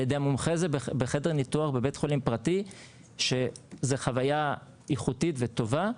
ידי המומחה הזה בחדר ניתוח בבית חולים פרטי שזו חוויה איכותית וטובה.